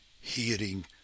hearing